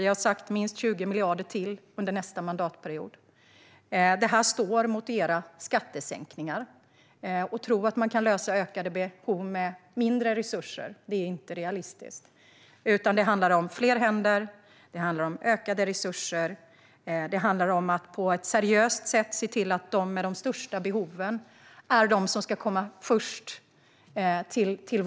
Vi har sagt minst 20 miljarder till under nästa mandatperiod. Detta står mot era skattesänkningar. Att tro att man kan lösa ökade behov med mindre resurser är inte realistiskt, utan det handlar om fler händer, om ökade resurser och om att på ett seriöst sätt se till att de med de största behoven är de som ska komma först till vård.